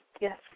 Yes